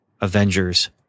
Avengers